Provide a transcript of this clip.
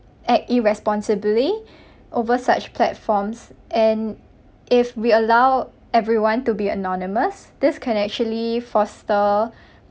act irresponsibly over such platforms and if we allow everyone to be anonymous this can actually foster